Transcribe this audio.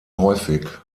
häufig